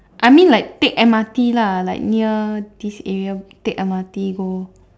I mean like take M_R_T lah like near this area take M_R_T go